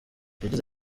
yagize